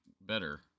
better